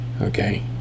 Okay